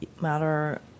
matter